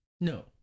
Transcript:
No